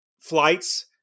flights